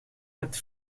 met